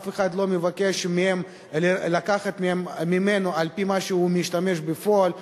אף אחד לא מבקש מהן לקחת ממנו על-פי מה שהוא משתמש בפועל.